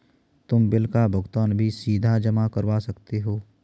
तुम बिल का भुगतान भी सीधा जमा करवा सकते हो